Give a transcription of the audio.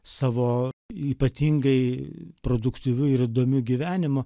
savo ypatingai produktyviu ir įdomiu gyvenimu